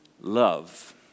love